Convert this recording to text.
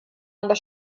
aber